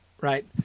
Right